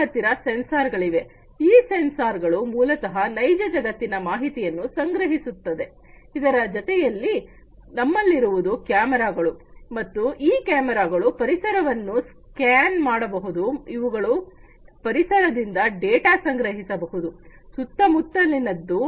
ನಮ್ಮ ಹತ್ತಿರ ಸೆನ್ಸಾರ್ ಗಳಿವೆ ಈ ಸೆನ್ಸಾರ್ ಗಳು ಮೂಲತಃ ನೈಜ ಜಗತ್ತಿನ ಮಾಹಿತಿಯನ್ನು ಸಂಗ್ರಹಿಸುತ್ತದೆ ಇದರ ಜೊತೆಯಲ್ಲಿ ನಮ್ಮಲ್ಲಿರುವುದು ಕ್ಯಾಮೆರಾಗಳು ಮತ್ತು ಈ ಕ್ಯಾಮೆರಾಗಳು ಪರಿಸರವನ್ನು ಸ್ಕ್ಯಾನ್ ಮಾಡಬಹುದು ಅವುಗಳು ಪರಿಸರದಿಂದ ಡೇಟಾ ಸಂಗ್ರಹಿಸಬಹುದು ಸುತ್ತಮುತ್ತಲಿನದ್ದು